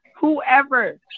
Whoever